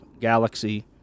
galaxy